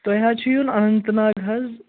تۄہہِ حظ چھِ یُن اننت ناگ حظ